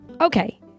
Okay